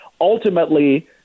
ultimately